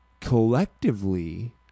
collectively